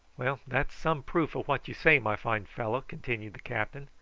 well, that's some proof of what you say, my fine fellow, continued the captain,